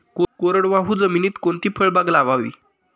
कोरडवाहू जमिनीत कोणती फळबाग लावावी?